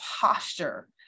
posture